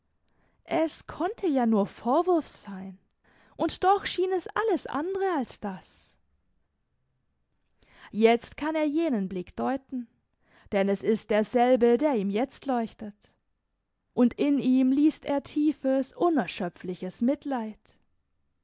es konnte ja nur vorwurf sein und doch schien es alles andere als das jetzt kann er jenen blick deuten denn es ist derselbe der ihm jetzt leuchtet und in ihm liest er tiefes unerschöpfliches mitleid